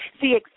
See